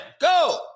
Go